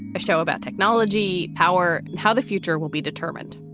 a show about technology, power, how the future will be determined.